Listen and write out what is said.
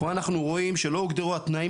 פה אנחנו רואים שלא הוגדרו התנאים